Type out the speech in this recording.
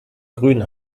grün